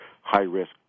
high-risk